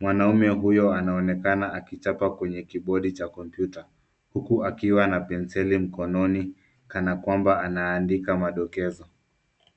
Mwanaume huyo anaonekana akichapa kwenye kibodi cha kompyuta huku akiwa na penseli mkononi kana kwamba anaandika madokezo.